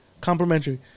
complimentary